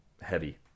heavy